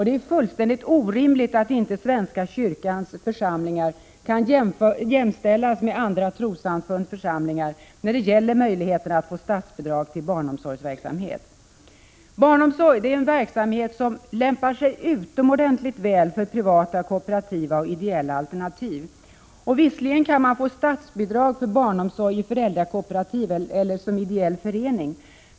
Det är fullständigt orimligt att inte svenska kyrkans församlingar kan jämställas med andra trossamfunds församlingar när det gäller möjligheten att få statsbidrag till barnomsorgsverksamhet. Barnomsorg är en verksamhet som lämpar sig utomordentligt väl för privata, kooperativa och ideella alternativ. Visserligen kan man få statsbidrag om man ordnar barnomsorg i föräldrakooperativ eller av en ideell förening.